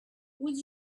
would